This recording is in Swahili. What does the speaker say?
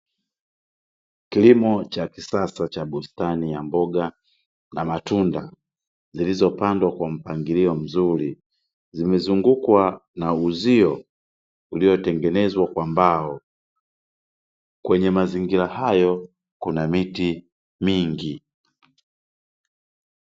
Kilimo cha kisasa cha bustani ya mboga na matunda zilizopandwa kwa mpangilio mzuri, zimezungukwa na uzio uliotengenezwa kwa mbao. Kwenye mazingira hayo kuna miti mingi.